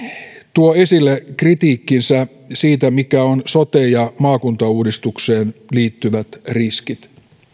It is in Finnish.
tuo esille kritiikkinsä siitä mitkä ovat sote ja maakuntauudistukseen liittyvät riskit